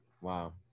Wow